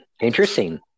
Interesting